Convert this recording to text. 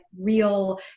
real